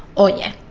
oh yeah.